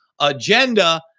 agenda